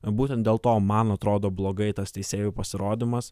būtent dėl to man atrodo blogai tas teisėjų pasirodymas